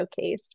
showcased